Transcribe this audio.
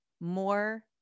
more